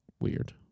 weird